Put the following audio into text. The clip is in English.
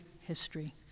history